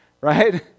right